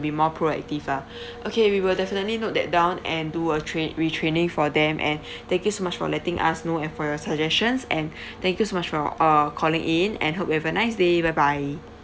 be more proactive ah okay we will definitely note that down and do a train~ retraining for them and thank you so much for letting us know and for your suggestions and thank you so much for uh calling in and hope you have a nice day bye bye